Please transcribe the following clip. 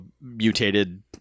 mutated